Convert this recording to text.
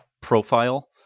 profile